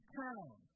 town